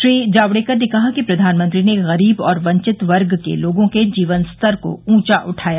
श्री जावडेकर ने कहा कि प्रधानमंत्री ने गरीब और वंचित वर्ग के लोगों के जीवन स्तर को उंचा उठाया